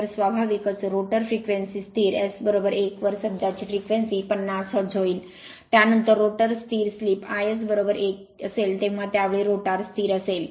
तर स्वाभाविकच rotor frequency स्थिर S 1 वर सध्याची फ्रेक्वेन्सी 50 हर्ट्ज होईल त्यानंतर रोटर स्थिर स्लिप iS 1 असेल तेव्हा त्या वेळी रोटर स्थिर असेल